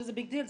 שזה ביג דיל,